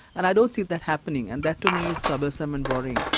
and i don't see that happening, and that to me is troublesome and worrying.